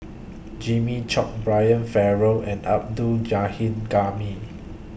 Jimmy Chok Brian Farrell and Abdul